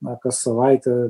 na kas savaitę